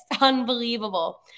Unbelievable